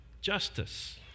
justice